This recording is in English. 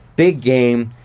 big game.